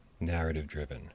narrative-driven